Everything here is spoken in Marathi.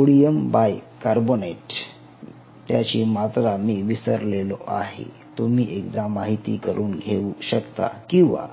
सोडियम बायकार्बोनेट त्याची मात्रा मी विसरलेलो आहे तुम्ही एकदा माहिती करून घेऊ शकता किंवा